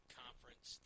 conference